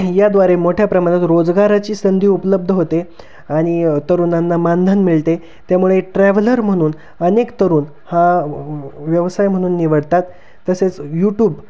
याद्वारे मोठ्या प्रमाणात रोजगाराची संधी उपलब्ध होते आनि तरुणांना मानधन मिळते त्यामुळे ट्रॅव्हलर म्हणून अनेक तरुण हा व्यवसाय म्हणून निवडतात तसेच यूटूब